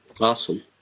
Awesome